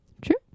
True